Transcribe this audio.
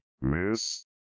miss